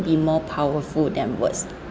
be more powerful than words